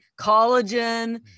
collagen